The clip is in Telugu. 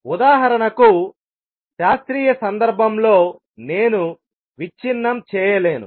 ఉదాహరణకు శాస్త్రీయ సందర్భంలో నేను విచ్ఛిన్నం చేయలేను